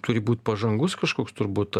turi būt pažangus kažkoks turbūt